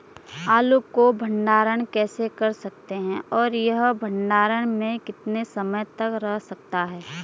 आलू को भंडारण कैसे कर सकते हैं और यह भंडारण में कितने समय तक रह सकता है?